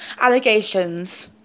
allegations